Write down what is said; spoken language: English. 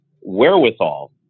wherewithal